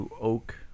oak